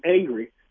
angry